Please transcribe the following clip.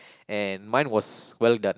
and mine was well done